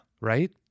Right